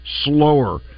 slower